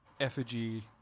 effigy